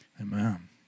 Amen